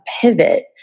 pivot